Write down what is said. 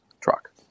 truck